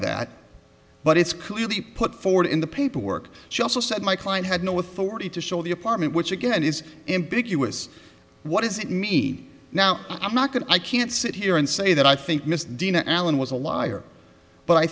that but it's clearly put forward in the paperwork she also said my client had no authority to show the apartment which again is in big us what is it me now i'm not going i can't sit here and say that i think miss dean allen was a liar but i